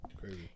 Crazy